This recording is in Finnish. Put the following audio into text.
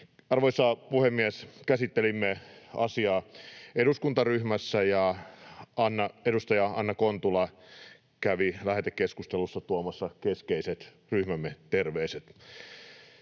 Arvoisa puhemies! Käsittelimme asiaa eduskuntaryhmässä, ja edustaja Anna Kontula kävi lähetekeskustelussa tuomassa keskeiset ryhmämme terveiset.